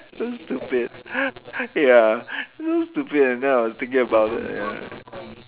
so stupid ya so stupid and then I was thinking about it ya